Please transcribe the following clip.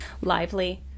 Lively